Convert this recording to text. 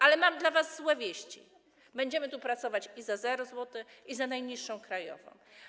Ale mam dla was złe wieści: będziemy tu pracować i za 0 zł, i za najniższą krajową.